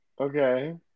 Okay